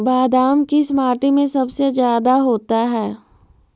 बादाम किस माटी में सबसे ज्यादा होता है?